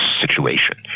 situation